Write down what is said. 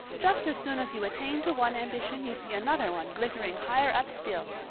just as soon as you attain to one ambition you see another one glittering higher up still.